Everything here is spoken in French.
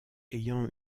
ayant